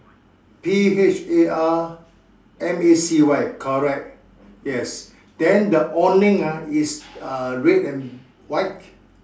P H A R M A C Y correct yes then the awning ah is uh red and white